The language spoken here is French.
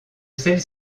celles